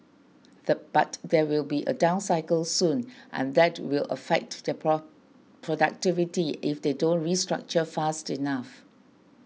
the but there will be a down cycle soon and that will affect their productivity if they don't restructure fast enough